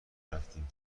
رفتیم